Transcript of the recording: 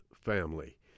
family